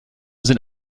sind